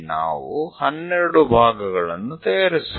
તો આપણે 12 ભાગો બનાવ્યા